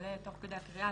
שנעלה תוך כדי הקריאה,